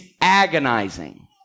agonizing